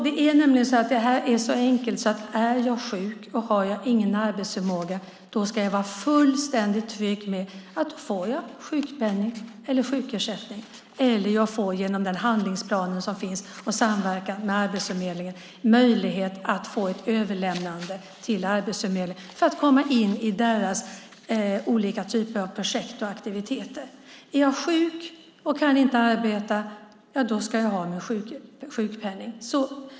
Det ska vara så enkelt att om jag är sjuk och inte har någon arbetsförmåga ska jag vara fullständigt trygg med att jag ska få sjukpenning, sjukersättning eller genom handlingsplan och samverkan med Arbetsförmedlingen möjlighet att komma in i olika typer av projekt och aktiviteter. Om jag är sjuk och inte kan arbeta ska jag ha min sjukpenning.